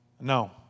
No